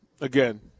again